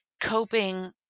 coping